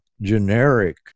generic